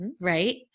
right